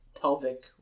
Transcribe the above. pelvic